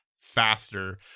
faster